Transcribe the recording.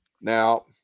Now